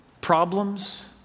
problems